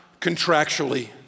contractually